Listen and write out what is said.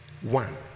One